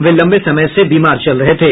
वे लम्बे समय से बीमार चल रहे थे